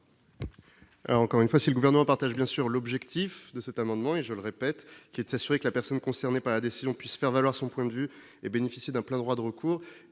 Encore une fois, si le gouvernement partage bien sûr l'objectif de cet amendement et je le répète, qui est de s'assurer que la personne concernée par la décision puisse faire valoir son point de vue et bénéficie d'un plein droit de recours